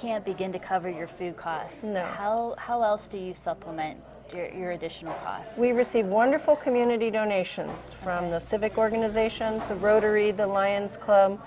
can't begin to cover your food costs in there how else do you supplement your additional costs we receive wonderful community donations from the civic organizations the rotary the lions club